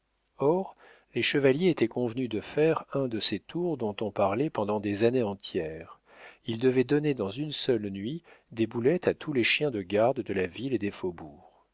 or les chevaliers étaient convenus de faire un de ces tours dont on parlait pendant des années entières ils devaient donner dans une seule nuit des boulettes à tous les chiens de garde de la ville et des